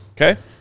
Okay